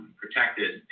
protected